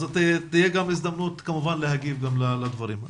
תהיה הזדמנות כמובן להגיב לדברים.